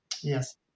yes